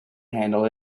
handle